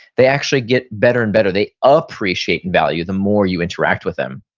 they actually get better and better. they ah appreciate in value the more you interact with them.